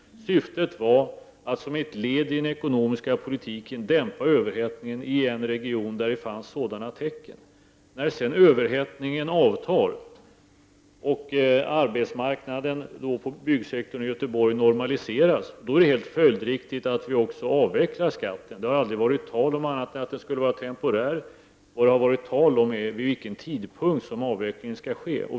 Syftet var att som ett led i den ekonomiska politisken dämpa överhettningen i en region där det fanns tecken på en sådan. Det är följdriktigt att vi, när överhettningen sedan avtar och arbetsmarknaden på byggsektorn normaliseras, också avvecklar skatten. Det har aldrig varit tal om annat än att den skulle vara temporär. Vad det har varit diskussion om är vid vilken tidpunkt som avvecklingen skall ske.